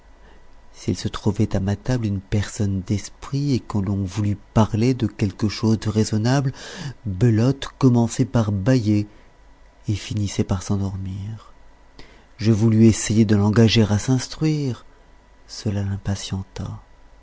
s'il se trouvait à ma table une personne d'esprit et que l'on voulût parler de quelque chose de raisonnable belote commençait par bâiller et finissait par s'endormir je voulus essayer de l'engager à s'instruire cela l'impatienta